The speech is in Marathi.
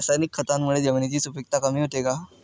रासायनिक खतांमुळे जमिनीची सुपिकता कमी होते का?